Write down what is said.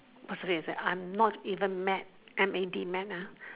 I'm not even mad M A D mad ah